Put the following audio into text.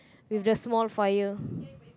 with the small fire